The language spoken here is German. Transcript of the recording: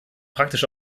praktisch